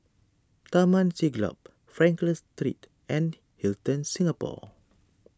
Taman Siglap Frankel Street and Hilton Singapore